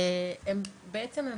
בעצם הם